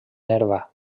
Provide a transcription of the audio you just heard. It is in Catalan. nerva